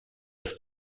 ist